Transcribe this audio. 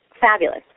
Fabulous